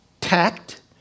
tact